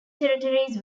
territories